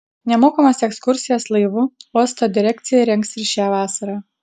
nemokamas ekskursijas laivu uosto direkcija rengs ir šią vasarą